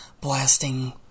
blasting